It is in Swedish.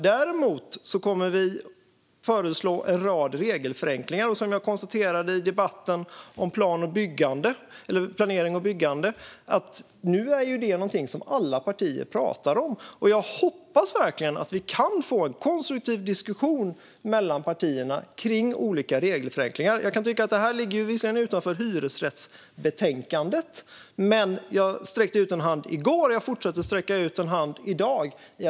Däremot kommer man att föreslå en rad regelförenklingar. Som jag konstaterade i debatten om planering och byggande är det något som nu alla partier pratar om. Jag hoppas verkligen att vi kan få en konstruktiv diskussion mellan partierna kring olika regelförenklingar. Detta ligger visserligen utanför hyresrättsbetänkandet, men jag sträckte ut en hand i går, och jag fortsätter att sträcka ut en hand i dag.